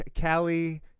Callie